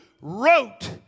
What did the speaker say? wrote